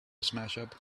smashup